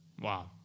Wow